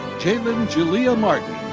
jaylen jalia martin.